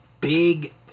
big